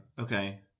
Okay